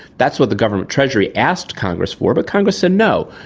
that's what the government treasury asked congress for but congress said no,